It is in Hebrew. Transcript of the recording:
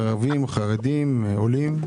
ערבים, חרדים, עולים,